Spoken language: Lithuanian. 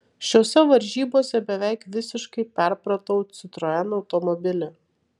šiose varžybose beveik visiškai perpratau citroen automobilį